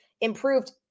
improved